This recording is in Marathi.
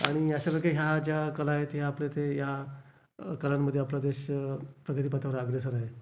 आणि अशाप्रकारे ह्या ज्या कला आहेत ह्या आपल्या इथे ह्या अ कलांमध्ये आपला देश प्रगतीपथावर अग्रेसर आहे